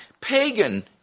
pagan